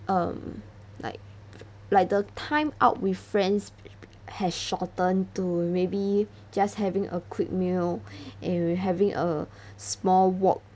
um like like the time out with friends has shortened to maybe just having a quick meal and we having a small walk